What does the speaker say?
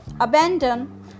Abandon